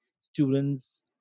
Students